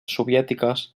soviètiques